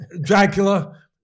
Dracula